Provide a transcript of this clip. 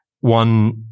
One